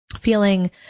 feeling